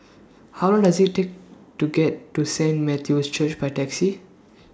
How Long Does IT Take to get to Saint Matthew's Church By Taxi